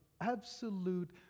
absolute